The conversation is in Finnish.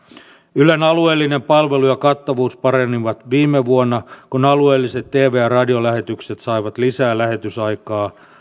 ylen alueellinen palvelu ja kattavuus paranivat viime vuonna kun alueelliset tv ja radiolähetykset saivat lisää lähetysaikaa